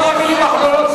כמה מלים אחרונות.